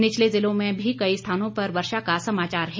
निचले जिलों में भी कई स्थानों पर वर्षा का समाचार है